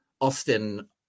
Austin